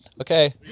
Okay